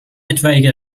etwaige